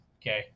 okay